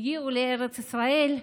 לארץ ישראל,